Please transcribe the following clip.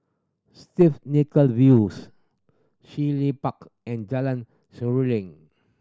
Stiff Nichola Views He Park and Jalan Seruling